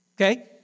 Okay